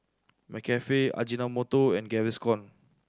McCafe Ajinomoto and Gaviscon